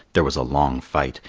there was a long fight.